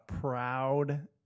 proud